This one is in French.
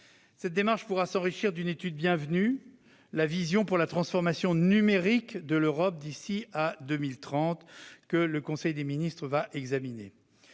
Cette démarche pourra s'enrichir d'une étude bienvenue, à savoir la vision pour la transformation numérique de l'Europe d'ici à 2030, que le Conseil des ministres va examiner.